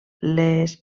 les